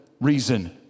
reason